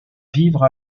vivre